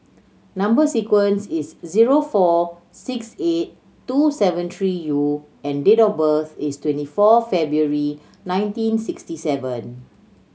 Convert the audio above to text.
number sequence is T zero four six eight two seven three U and date of birth is twenty four February nineteen sixty seven